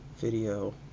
video